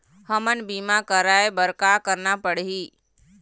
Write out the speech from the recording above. हमन बीमा कराये बर का करना पड़ही?